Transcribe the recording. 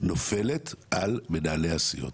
נופל על מנהלי הסיעות.